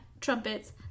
trumpets